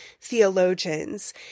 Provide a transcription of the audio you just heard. theologians